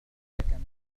الأصدقاء